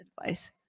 advice